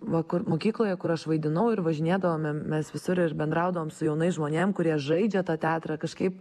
va kur mokykloje kur aš vaidinau ir važinėdavome mes visur ir bendraudavom su jaunais žmonėm kurie žaidžia tą teatrą kažkaip